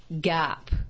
gap